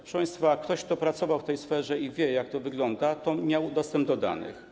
Proszę państwa, ktoś, kto pracował w tej sferze i wie, jak to wygląda, to miał dostęp do danych.